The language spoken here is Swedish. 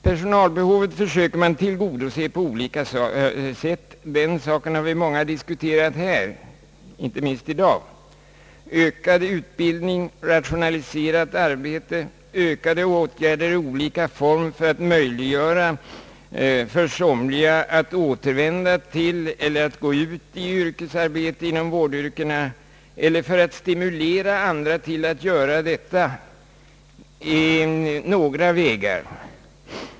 Personalbehovet försöker man på olika sätt tillgodose — den saken har vi många gånger här diskuterat, inte minst i dag. Ökad utbildning, rationaliserat arbete och ökade åtgärder i olika former för att möjliggöra för somliga att återvända till eller att gå ut i yrkesarbete inom vårdyrkena eller för att stimulera andra till att göra detta är några vägar.